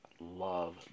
Love